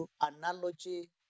analogy